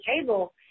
table